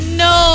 no